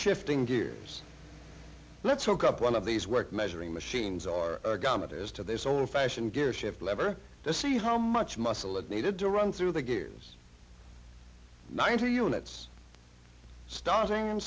shifting gears let's hook up one of these work measuring machines our government is to there's an old fashioned gear shift lever to see how much muscle it needed to run through the gears ninety units starting